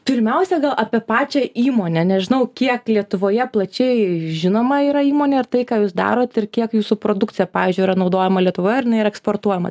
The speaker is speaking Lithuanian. pirmiausia gal apie pačią įmonę nežinau kiek lietuvoje plačiai žinoma yra įmonė ir tai ką jūs darot ir kiek jūsų produkcija pavyzdžiui yra naudojama lietuvoje ar jinai yra eksportuojama